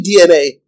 DNA